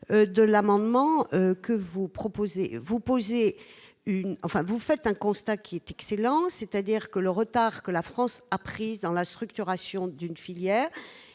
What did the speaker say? de l'amendement que vous proposez, vous posez une enfin, vous faites un constat qui est excellent, c'est-à-dire que le retard que la France a prise dans la structuration d'une filière